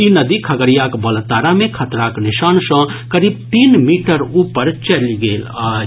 ई नदी खगड़ियाक बलतारा मे खतराक निशान सॅ करीब तीन मीटर ऊपर चलि गेल अछि